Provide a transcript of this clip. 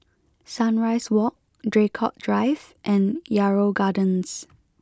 Sunrise Walk Draycott Drive and Yarrow Gardens